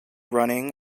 running